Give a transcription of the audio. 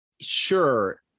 sure